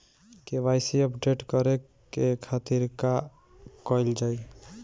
KYC update करे के खातिर का कइल जाइ?